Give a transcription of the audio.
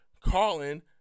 carlin